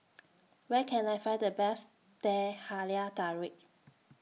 Where Can I Find The Best Teh Halia Tarik